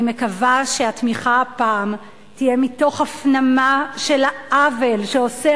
אני מקווה שהתמיכה הפעם תהיה מתוך הפנמה של העוול שעושה